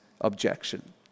objection